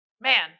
man